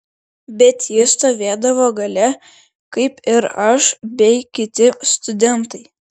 bet ji stovėdavo gale kaip ir aš bei kiti studentai